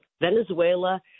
Venezuela